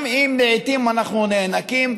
גם אם לעיתים אנחנו נאנקים,